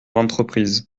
entreprise